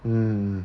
mm